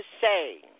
say